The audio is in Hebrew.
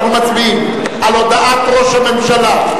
אנחנו מצביעים על הודעת ראש הממשלה,